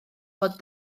fod